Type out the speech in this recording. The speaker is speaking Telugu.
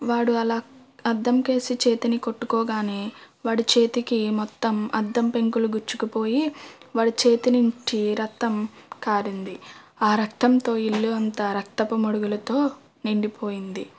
వాడు అలా అద్దముకు వేసి చేతిని కొట్టుకోగానే వాడి చేతికి మొత్తం అద్దం పెంకులు గుచ్చుకుపోయి వాడి చేతి నుంచి రక్తం కారింది ఆ రక్తంతో ఇల్లు అంతా రక్తపు మడుగులతో నిండిపోయింది